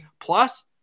plus